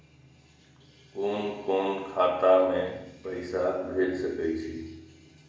कुन कोण खाता में पैसा भेज सके छी?